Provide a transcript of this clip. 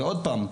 ועוד פעם,